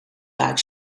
buik